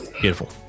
Beautiful